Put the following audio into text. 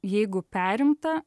jeigu perimta